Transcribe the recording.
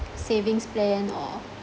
savings plan or